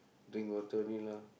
drink water only lah